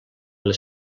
les